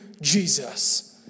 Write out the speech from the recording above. Jesus